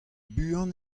buan